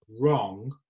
wrong